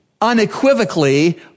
unequivocally